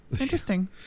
Interesting